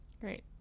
Great